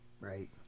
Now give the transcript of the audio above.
right